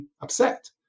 upset